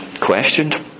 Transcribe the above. questioned